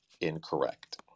incorrect